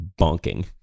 bonking